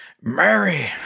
Mary